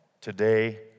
today